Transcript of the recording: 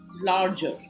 larger